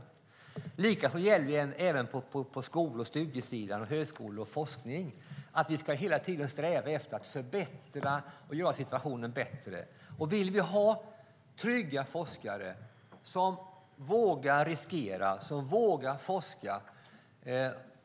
Samma sak gäller på skolor, på studiesidan, vid högskolor och i forskning; vi ska hela tiden sträva efter att förbättra situationen. Vi vill ha trygga forskare som vågar riskera och vågar forska.